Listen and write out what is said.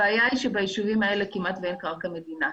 הבעיה היא שביישובים האלה כמעט אין קרקע מדינה.